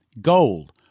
gold